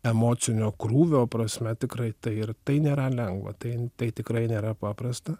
emocinio krūvio prasme tikrai tai ir tai nėra lengva tai tai tikrai nėra paprasta